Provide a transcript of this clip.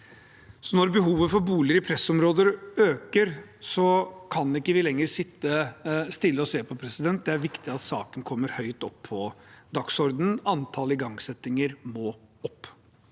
Når behovet for boliger i pressområder øker, kan vi ikke lenger sitte stille og se på. Det er viktig at saken kommer høyt opp på dagsordenen. Antallet igangsettinger må opp.